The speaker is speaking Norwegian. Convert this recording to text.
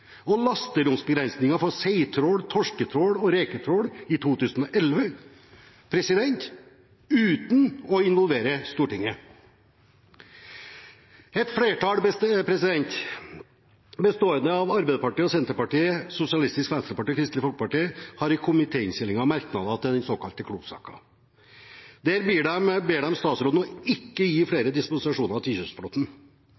og lasteromsbegrensningene for seitrål, torsketrål og reketrål i 2011 – uten å involvere Stortinget. Et flertall bestående av Arbeiderpartiet, Senterpartiet, Sosialistisk Venstreparti og Kristelig Folkeparti har i komitéinnstillingen merknader til den såkalte Gunnar Klo-saken. Der ber de statsråden om ikke å gi